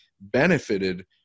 benefited